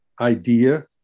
idea